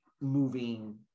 moving